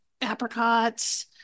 apricots